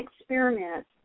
experiment